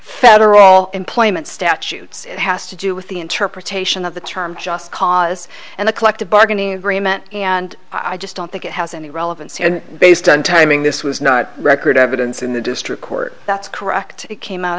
federal employment statutes it has to do with the interpretation of the term just cause and the collective bargaining agreement and i just don't think it has any relevance here based on timing this was not record evidence in the district court that's correct it came out